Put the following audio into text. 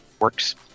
works